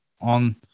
on